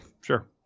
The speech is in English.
Sure